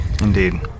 Indeed